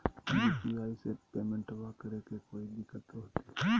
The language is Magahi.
यू.पी.आई से पेमेंटबा करे मे कोइ दिकतो होते?